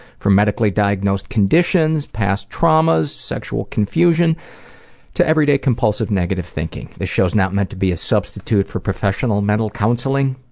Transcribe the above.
from medically diagnosed conditions, past traumas, sexual confusion to everyday compulsive, negative thinking. this show's not meant to be a substitute for professional mental counseling.